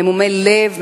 ממומי לב,